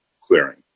clearing